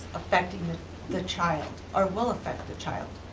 affecting the the child, or will affect the child?